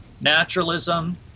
naturalism